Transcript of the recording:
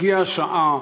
הגיעה השעה